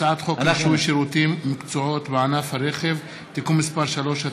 הצעת חוק רישוי שירותים ומקצועות בענף הרכב (תיקון מס' 3),